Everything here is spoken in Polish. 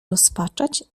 rozpaczać